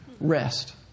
rest